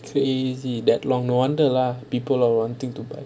so easy that long no wonder lah people are wanting to buy